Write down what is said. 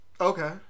Okay